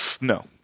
No